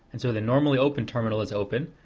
and so the normally open terminal is open,